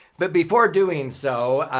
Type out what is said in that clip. but before doing so,